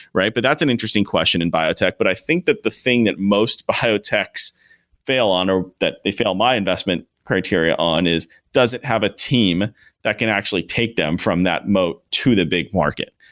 but that's an interesting question in biotech, but i think that the thing that most biotechs fail on or that they fail my investment criteria on is doesn't have a team that can actually take them from that mote to the big market,